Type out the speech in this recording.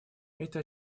эта